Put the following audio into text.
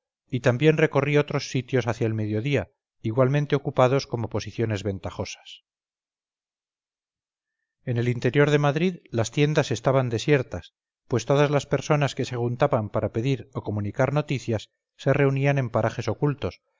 y también recorrí otros sitios hacia el mediodía igualmente ocupados como posiciones ventajosas en el interior de madrid las tiendas estaban desiertas pues todas las personas que se juntaban para pedir o comunicar noticias se reunían en parajes ocultos